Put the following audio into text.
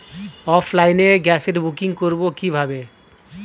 অফলাইনে গ্যাসের বুকিং করব কিভাবে?